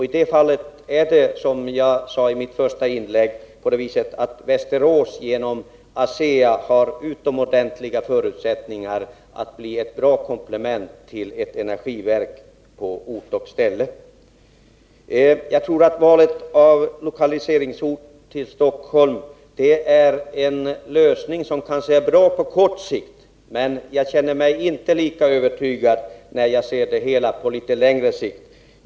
I det fallet har, som jag sade i mitt första inlägg, Västerås genom ASEA utomordentliga förutsättningar att bli ett bra komplement till ett energiverk på ort och ställe. Jag tror att en lokalisering till Stockholm är en lösning som kanske är bra på kort sikt. Men jag känner mig inte lika övertygad när jag ser det hela på litet längre sikt.